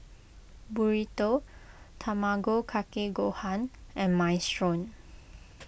Burrito Tamago Kake Gohan and Minestrone